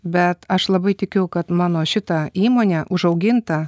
bet aš labai tikiu kad mano šita įmonė užauginta